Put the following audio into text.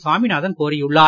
சாமிநாதன் கோரியுள்ளார்